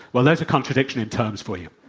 well, there's a contradiction in terms for you.